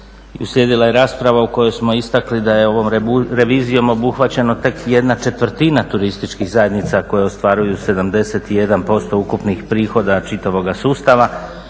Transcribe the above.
uslijedila je rasprava u kojoj smo istakli da je ovom revizijom obuhvaćena tek jedna četvrtina turističkih zajednica koje ostvaruju 71% ukupnih prihoda čitavoga sustava